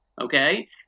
okay